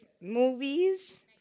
movies